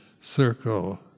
circle